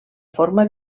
forma